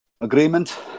agreement